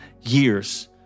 years